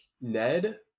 Ned